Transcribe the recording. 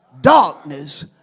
darkness